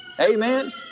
Amen